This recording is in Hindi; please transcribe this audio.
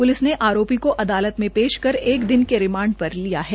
पुलिस ने आरोपी को अदालत में पेश कर एक दिन के रिमांड पर लिया है